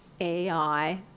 AI